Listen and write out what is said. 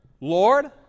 Lord